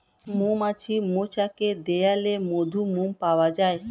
মৌমাছির মৌচাকের দেয়ালে মধু, মোম পাওয়া যায়